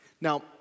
Now